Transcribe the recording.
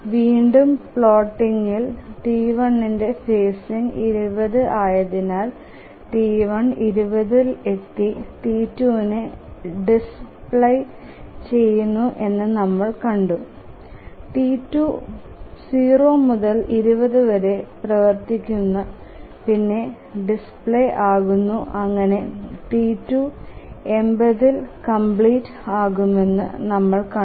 വീണ്ടും പ്ലോട്ടിംഗിൽ T1 ന്റെ ഫേസിങ് 20 ആയതിനാൽ T1 20 ൽ എത്തി T2 നെ ഡിസ്പ്ലെസ് ചെയുന്നു എന്നു നമ്മൾ കണ്ടു T2 0 മുതൽ 20 വരെ പ്രവർത്തികുനു പിന്നെ ഡിസ്പ്ലെസ് ആകുന്നു അങ്ങനെ T2 80ഇൽ കംപ്ലീറ്റ് ആകുമെന്ന് നമ്മൾ കണ്ടു